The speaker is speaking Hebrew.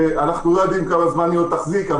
שאנחנו לא יודעים כמה זמן עוד תחזיק,